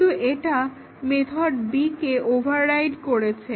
কিন্তু এটা method B কে ওভাররাইড করেছে